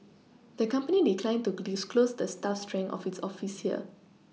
the company declined to disclose the staff strength of its office here